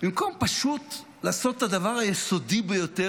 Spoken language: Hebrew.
במקום פשוט לעשות את הדבר היסודי ביותר,